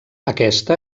aquesta